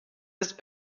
des